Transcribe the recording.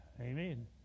Amen